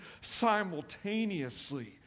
simultaneously